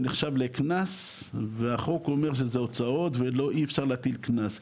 זה נחשב לקנס והחוק אומר שזה הוצאות ואי אפשר להטיל קנס,